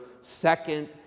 Second